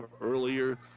earlier